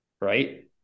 right